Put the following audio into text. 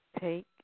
Take